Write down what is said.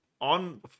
On